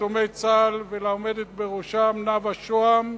ויתומי צה"ל ולעומדת בראשו, נאוה שוהם.